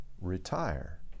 retire